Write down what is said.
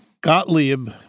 Gottlieb